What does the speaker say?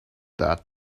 that